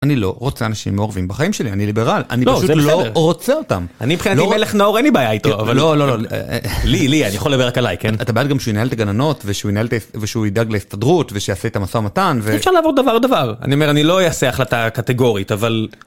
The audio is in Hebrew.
אני לא רוצה אנשים מעורבים בחיים שלי, אני ליברל, אני פשוט לא רוצה אותם. אני מבחינתי מלך נאור, אין לי בעיה איתו, אבל לא, לא, לא, לא, לא, אני יכול לדבר רק עליי, כן? אתה גם בעד שהוא ינהל את הגננות, ושהוא ידאג להסתדרות, ושיעשה את המסע המתן, ו... אפשר לעבור דבר דבר. אני אומר, אני לא אעשה החלטה הקטגורית, אבל...